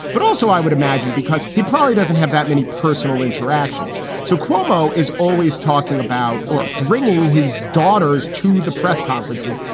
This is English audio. but also, i would imagine because he probably doesn't have that many personal interactions. so cuomo is always talking about or bringing his daughters to the press conferences,